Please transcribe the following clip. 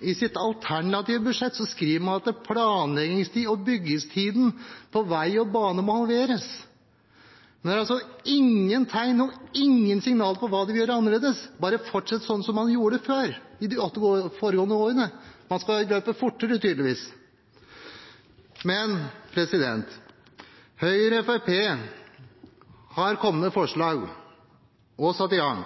i sitt alternative budsjett skriver de at planleggingstiden og byggetiden på vei og bane må halveres. Men det er ingen tegn og ingen signaler om hva de vil gjøre annerledes, man skal bare fortsette som man gjorde før, i de åtte foregående årene. Man skal løpe fortere, tydeligvis. Men Høyre og Fremskrittspartiet har kommet med forslag og satt i gang: